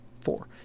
four